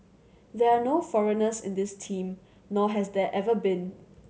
there are no foreigners in this team nor has there ever been